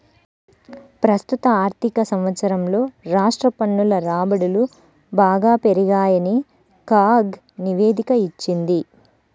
ప్రస్తుత ఆర్థిక సంవత్సరంలో రాష్ట్ర పన్నుల రాబడులు బాగా పెరిగాయని కాగ్ నివేదిక ఇచ్చింది